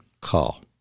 call